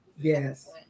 yes